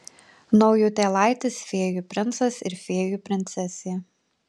naujutėlaitis fėjų princas ir fėjų princesė